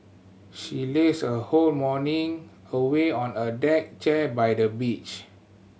she lazed her whole morning away on a deck chair by the beach